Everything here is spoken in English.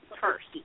first